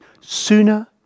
sooner